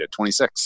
26